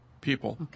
people